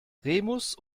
remus